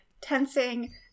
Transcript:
tensing